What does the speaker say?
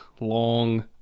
long